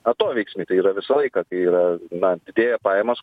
atoveiksmį tai yra visą laiką kai yra na didėja pajamos